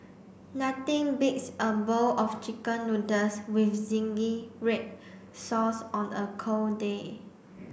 nothing beats a bowl of chicken noodles with zingy red sauce on a cold day